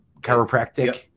chiropractic